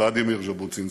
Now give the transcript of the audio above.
ולדימיר ז'בוטינסקי,